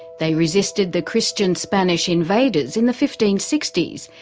they resisted the christian spanish invaders in the fifteen sixty s,